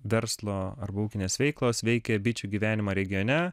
verslo arba ūkinės veiklos veikia bičių gyvenimą regione